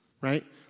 right